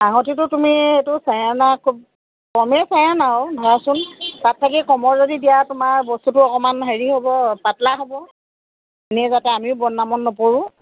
আঙুঠিটো তুমি এইটো চাৰি অনা খুব কমেই চাৰি অনা আৰু ধৰাচোন তাতকৈ কমৰ যদি দিয়া তোমাৰ বস্তুটো অকণমান হেৰি হ'ব পাতলা হ'ব এনে যাতে আমিও বদনামত নপৰোঁ